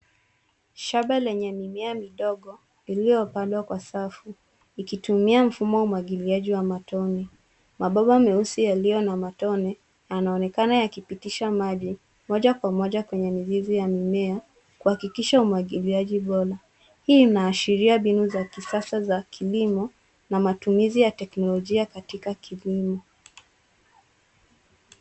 Shamba lenye mimea midogo iliyopandwa kwa safu ikitumia mfumo wa umwagiliaji wa matone. Mabomba meusi yaliyo na matone yanaonekana yakipitisha maji moja kwa moja kwenye mizizi ya mimea kuhakikisha umwagiliaji bora. Hii inaashiria mbinu za kisasa za kilimo na matumizi ya teknolojia katika kilimo.